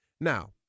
Now